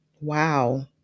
Wow